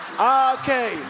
okay